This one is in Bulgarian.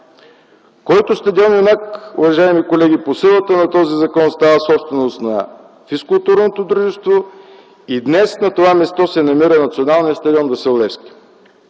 който, уважаеми колеги, по силата на този закон става собственост на физкултурното дружество и днес на това място се намира Националният стадион „Васил Левски”.